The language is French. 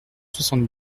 soixante